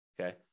Okay